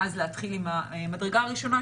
ואז להתחיל עם המדרגה הראשונה,